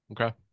Okay